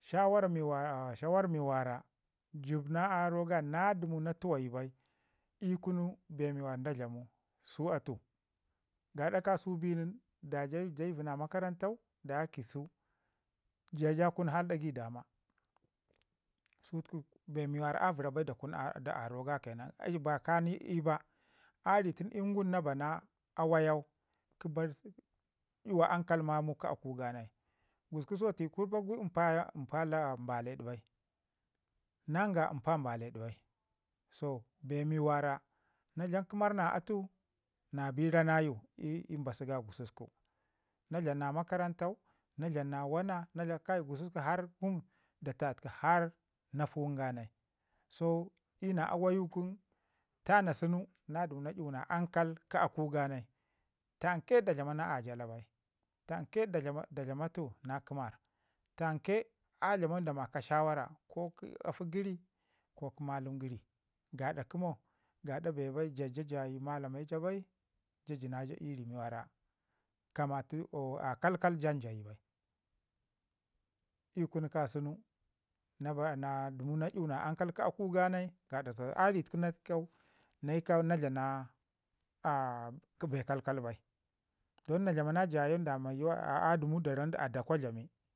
shawar wara shawar mi wara jib na aroga na dəmu na tuwayi bai ii kunu bee wara da dlamu su atu gaɗa kasan bi nin da ja ja bəzi na makarantau da ya ki sau, ja kun hai ɗagai dama sutuke bee wara a vəra bai da aroga ke nan, ba ka nii ii ba har a ri tunu ii wun na bana awayou kə bar 'yuwa ankal mamau kə aku ga nai. Gusku satai kurpak "mpa mpa" buləd bwi, nanga mpa baləd bai so bee wara na dlam kəmar na atu na bi raanayu ii mpasu ga gususku na dlam na makarantau na dlamna wana kai gusku ngam da tutki har na fuwan ganai, so ina awayu kən tana. Sau na dəmu na 'yuwi ankal kə aku ganai. Tanke da dlama na ajara bai tanke da dlamatu na na kəmarr, tanke a dlamau da maka shawara ko kə afak gəri ko kə malam gəri yaɗa yəmo gada bee bai ja jayi malame ja bai ja ja na ja ii ri mi wara kamatu o a kal kal janjayi bai. Ii kunu ka sunu na dəmu na 'yuwi na ankal kə aku ganai gaɗa zada a rituku ne kau na kau na dlam na bee kalkal bai, don na dlam na jayan adumu da da ramma aɗaa kwa dlami